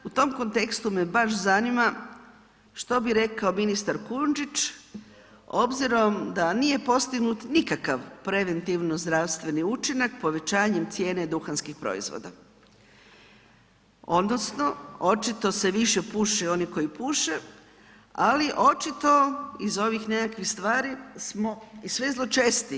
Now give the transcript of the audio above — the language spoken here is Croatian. U tom kontekstu me baš zanima što bi rekao ministar Kujundžić obzirom da nije postignut nikakav preventivno-zdravstveni učinak povećanjem cijene duhanskih proizvoda, odnosno očito se više puši oni koji puše, ali očito iz ovih nekakvih stvari smo sve zločestiji.